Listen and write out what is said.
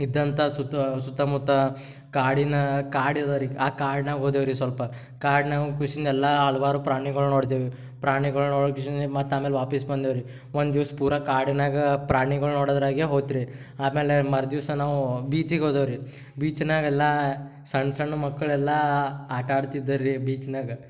ಇದ್ದಂಥ ಸುತ್ತ ಸುತ್ತಮುತ್ತ ಕಾಡಿನ ಕಾಡು ಅದವ ರಿ ಆ ಕಾಡ್ನಾಗ ಹೋದೆವ್ರಿ ಸ್ವಲ್ಪ ಕಾಡ್ನಾಗ ಖುಷಿಯೆಲ್ಲ ಹಲವಾರು ಪ್ರಾಣಿಗಳು ನೋಡ್ದೆವು ಪ್ರಾಣಿಗಳು ನೋಡಿ ಮತ್ತು ಆಮೇಲೆ ವಾಪಸ್ ಬಂದೆವು ರಿ ಒಂದು ದಿವ್ಸ ಪೂರ ಕಾಡಿನಾಗ ಪ್ರಾಣಿಗಳು ನೋಡೋದರಾಗೆ ಹೋಯ್ತ್ರಿ ಆಮೇಲೆ ಮರುದಿವ್ಸ ನಾವೂ ಬೀಚಿಗೆ ಹೋದೆವು ರಿ ಬೀಚ್ನಾಗೆಲ್ಲ ಸಣ್ಣ ಸಣ್ಣ ಮಕ್ಕಳೆಲ್ಲ ಆಟ ಆಡ್ತಿದ್ದರು ರಿ ಬೀಚ್ನಾಗ